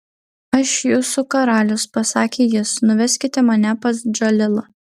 aš jūsų karalius pasakė jis nuveskite mane pas džalilą